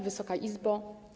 Wysoka Izbo!